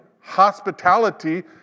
hospitality